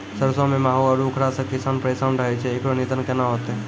सरसों मे माहू आरु उखरा से किसान परेशान रहैय छैय, इकरो निदान केना होते?